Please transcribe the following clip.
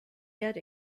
yet